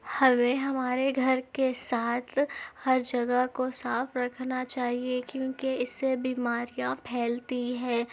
ہمیں ہمارے گھر کے ساتھ ہر جگہ کو صاف رکھنا چاہیے کیوںکہ اس سے بیماریاں پھیلتی ہیں